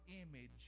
image